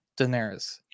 Daenerys